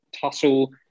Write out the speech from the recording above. tussle